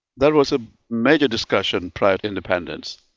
that was a major discussion prior to independence.